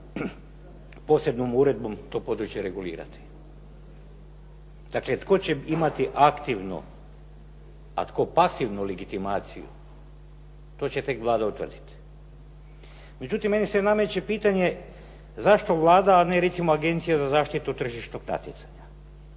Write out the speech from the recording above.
posebnom uredbom to područje regulirati. Dakle, tko će imati aktivno a tko pasivnu legitimaciju to će tek Vlada utvrditi. Međutim, meni se nameće pitanje zašto Vlada a ne recimo Agencija za zaštitu tržišnog natjecanja?